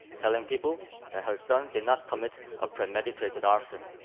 telling people that her son did not commit a premeditated arson.